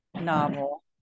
novel